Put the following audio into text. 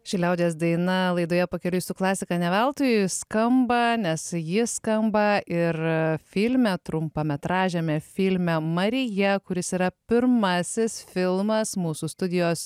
ši liaudies daina laidoje pakeliui su klasika ne veltui skamba nes ji skamba ir filme trumpametražiame filme marija kuris yra pirmasis filmas mūsų studijos